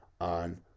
on